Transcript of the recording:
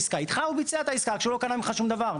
איתך הוא ביצע את העסקה רק שהוא לא קנה ממך שום דבר.